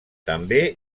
també